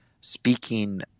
speaking